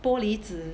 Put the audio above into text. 玻璃纸